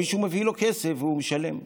מישהו מביא לו כסף והוא משלם עליו.